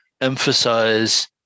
emphasize